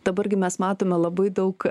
dabar gi mes matome labai daug